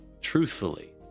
truthfully